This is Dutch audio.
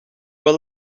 wel